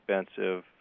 expensive